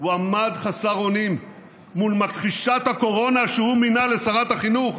הוא עמד חסר אונים מול מכחישת הקורונה שהוא מינה לשרת החינוך,